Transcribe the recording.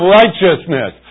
righteousness